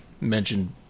mentioned